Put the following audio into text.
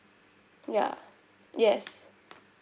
ya yes